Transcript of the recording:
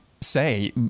say